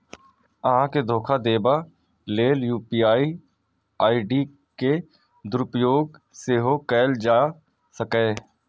अहां के धोखा देबा लेल यू.पी.आई आई.डी के दुरुपयोग सेहो कैल जा सकैए